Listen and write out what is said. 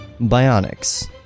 Bionics